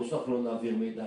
ברור שאנחנו לא נעביר מידע.